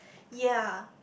ya